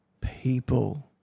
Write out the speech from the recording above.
people